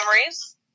Memories